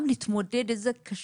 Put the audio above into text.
גם להתמודד עם זה קשה,